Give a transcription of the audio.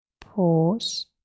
Pause